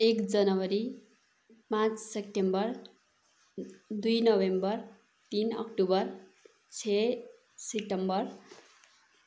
एक जनवरी पाँच सेप्टेम्बर दुई नोभेम्बर तिन अक्टोबर छ सेप्टेम्बर